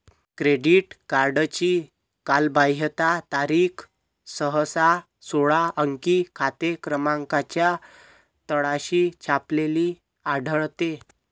credit कार्डची कालबाह्यता तारीख सहसा सोळा अंकी खाते क्रमांकाच्या तळाशी छापलेली आढळते